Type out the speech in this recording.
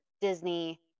Disney